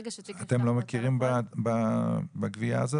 אתם לא מכירים בגבייה הזאת?